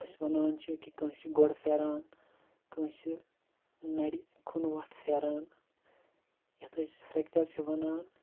أسۍ وَنان چھِ کہِ کٲنٛسہِ چھِ گوٚڈ پھیران کٲنٛسہِ چھِ نَرِ کھنوَٹھ پھیران یتھ أسۍ فریٚکچَر چھِ وَنان